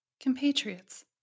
Compatriots